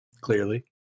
clearly